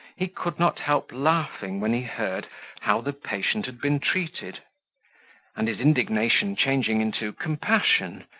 he could not help laughing when he heard how the patient had been treated and his indignation changing into compassion,